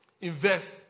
Invest